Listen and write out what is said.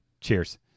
cheers